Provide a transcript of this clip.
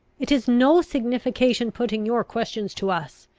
it is no signification putting your questions to us.